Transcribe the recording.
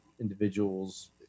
individuals